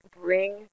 bring